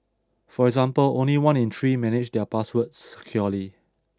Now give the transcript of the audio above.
for example only one in three manage their passwords securely